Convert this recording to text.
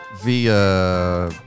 via